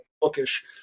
bookish